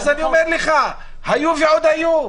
אז אני אומר לך, היו ועוד היו,